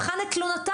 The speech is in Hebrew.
בחן את תלונותיו?